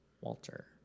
Walter